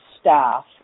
staff